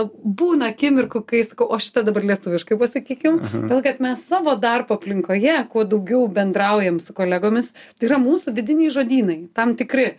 būna akimirkų kai sakau o šita dabar lietuviškai pasakykim todėl kad mes savo darbo aplinkoje kuo daugiau bendraujam su kolegomis tai yra mūsų vidiniai žodynai tam tikri